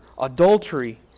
adultery